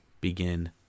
begin